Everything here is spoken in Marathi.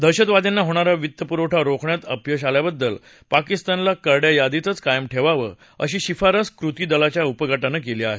दहशतवाद्यांना होणारा वित्तपुरवठा रोखण्यात अपयश आल्याबद्दल पाकिस्तानला करङ्या यादीतच कायम ठेवावं अशी शिफारस कृती दलाच्या उपगटानं केली आहे